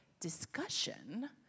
Discussion